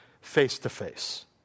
face-to-face